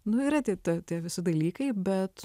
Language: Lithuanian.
nu yra tie tie tie visi dalykai bet